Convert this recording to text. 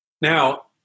Now